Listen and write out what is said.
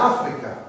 Africa